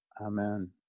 Amen